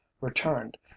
returned